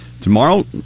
Tomorrow